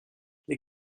les